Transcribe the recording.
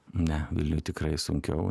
ne vilniuj tikrai sunkiau